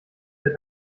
der